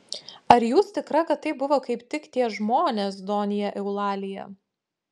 ar jūs tikra kad tai buvo kaip tik tie žmonės donja eulalija